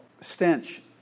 stench